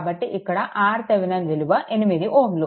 కాబట్టి ఇక్కడ RThevenin విలువ 8 Ω